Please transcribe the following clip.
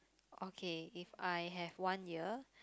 okay if I have one year